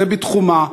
זה בתחומה,